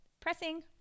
Pressing